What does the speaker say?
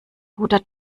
guter